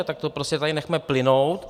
Tak to prostě tady nechme plynout.